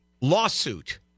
Lawsuit